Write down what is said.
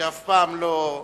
שאף פעם לא,